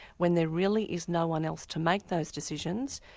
when there really is no-one else to make those decisions.